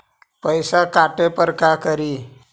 पैसा काटे पर का करि?